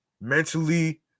mentally